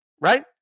right